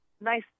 nice